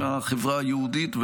החברה היהודית,